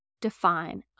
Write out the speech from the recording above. define